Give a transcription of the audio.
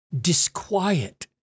disquiet